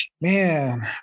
man